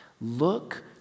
look